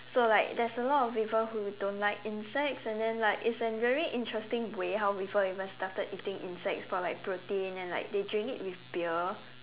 so like there's a lot of people who don't like insects and and then like it's an very interesting way how people even started eating insects for like protein and like they drink it with beer